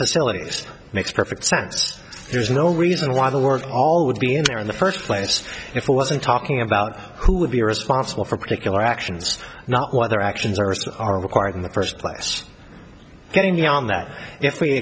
facilities makes perfect sense there's no reason why they were all would be in there in the first place if i wasn't talking about who would be responsible for particular actions not what their actions are are required in the first place getting you on that if we